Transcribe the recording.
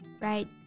Right